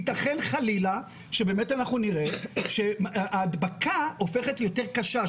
ייתכן חלילה שבאמת אנחנו נראה שההדבקה הופכת להיות יותר קשה,